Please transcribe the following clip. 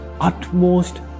utmost